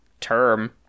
term